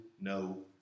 no